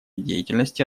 деятельности